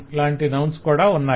లాంటి నౌన్స్ కూడా ఉన్నాయి